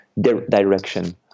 direction